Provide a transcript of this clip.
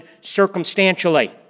circumstantially